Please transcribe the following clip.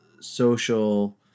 social